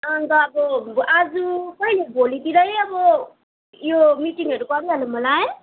अन्त अब आज कहिले भोलितिरै अब यो मिटिङहरू गरिहालौँ होला है